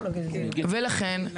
כן.